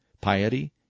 piety